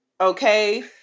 okay